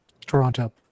Toronto